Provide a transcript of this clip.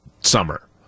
summer